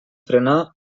frenar